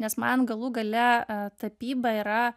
nes man galų gale tapyba yra